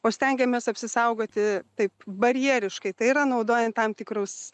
o stengiamės apsisaugoti taip barjeriškai tai yra naudojant tam tikrus